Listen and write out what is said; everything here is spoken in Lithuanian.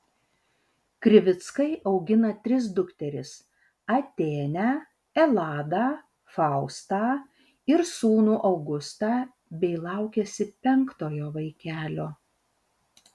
krivickai augina tris dukteris atėnę eladą faustą ir sūnų augustą bei laukiasi penktojo vaikelio